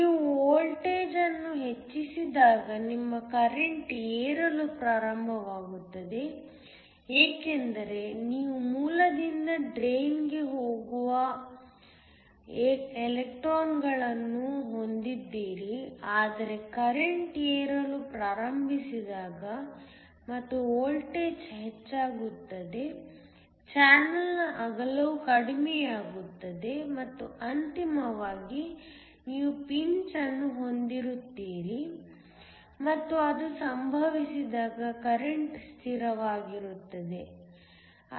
ನೀವು ವೋಲ್ಟೇಜ್ ಅನ್ನು ಹೆಚ್ಚಿಸಿದಾಗ ನಿಮ್ಮ ಕರೆಂಟ್ ಏರಲು ಪ್ರಾರಂಭವಾಗುತ್ತದೆ ಏಕೆಂದರೆ ನೀವು ಮೂಲದಿಂದ ಡ್ರೈನ್ಗೆ ಹೋಗುವ ಎಲೆಕ್ಟ್ರಾನ್ಗಳನ್ನು ಹೊಂದಿದ್ದೀರಿ ಆದರೆ ಕರೆಂಟ್ ಏರಲು ಪ್ರಾರಂಭಿಸಿದಾಗ ಮತ್ತು ವೋಲ್ಟೇಜ್ ಹೆಚ್ಚಾಗುತ್ತದೆ ಚಾನಲ್ನ ಅಗಲವೂ ಕಡಿಮೆಯಾಗುತ್ತದೆ ಮತ್ತು ಅಂತಿಮವಾಗಿ ನೀವು ಪಿಂಚ್ ಅನ್ನು ಹೊಂದಿರುತ್ತೀರಿ ಮತ್ತು ಅದು ಸಂಭವಿಸಿದಾಗ ಕರೆಂಟ್ ಸ್ಥಿರವಾಗಿರುತ್ತದೆ